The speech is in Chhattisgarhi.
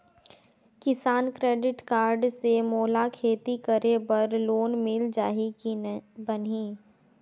किसान क्रेडिट कारड से मोला खेती करे बर लोन मिल जाहि की बनही??